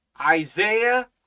isaiah